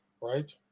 right